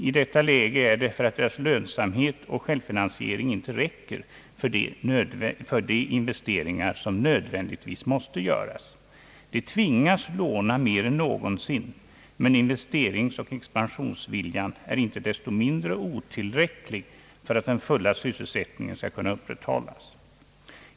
I detta läge är det därför att deras lönsamhet och självfinansiering inte räcker för de investeringar som nödvändigtvis måste göras. De tvingas låna mer än någonsin, men investeringsoch expansionsviljan är inte desto mindre otillräcklig för att den fulla sysselsättningen skall kunna upprätthållas.